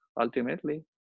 ultimately